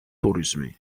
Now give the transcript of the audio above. ტურიზმი